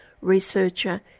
researcher